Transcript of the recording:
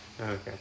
Okay